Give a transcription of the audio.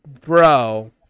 Bro